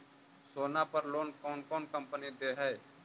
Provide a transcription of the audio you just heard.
सोना पर लोन कौन कौन कंपनी दे है?